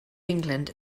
england